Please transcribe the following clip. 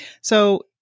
So-